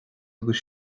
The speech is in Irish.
agus